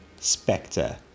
Spectre